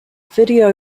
video